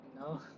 no